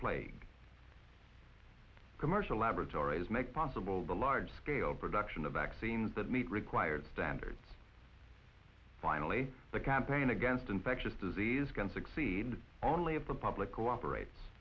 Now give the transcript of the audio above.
plague commercial laboratories make possible the large scale production of vaccines that meet required standards finally the campaign against infectious disease can succeed only a public cooperate